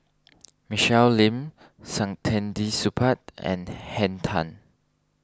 Michelle Lim Saktiandi Supaat and Henn Tan